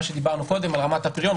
מה שדיברנו קודם על רמת הפריון,